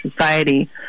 society